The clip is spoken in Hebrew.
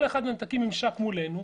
כל אחת מהן תקים ממשק מולנו.